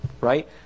right